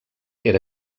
era